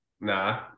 Nah